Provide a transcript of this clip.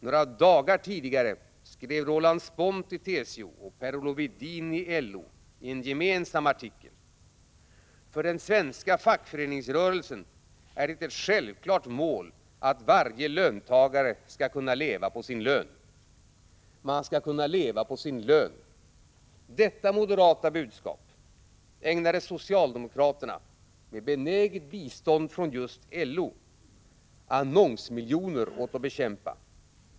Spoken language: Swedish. Några dagar tidigare skrev Roland Spånt i TCO och Per-Olof Edin i LO i en gemensam artikel: ”För den svenska fackföreningsrörelsen är det ett självklart mål att varje löntagare skall kunna leva på sin lön.” ”Man skall kunna leva på sin lön.” Detta moderata budskap ägnade socialdemokraterna — med benäget bistånd från just LO — annonsmiljoner åt att bekämpa.